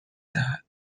دهد